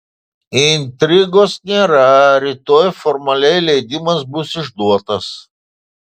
intrigos nėra rytoj formaliai leidimas bus išduotas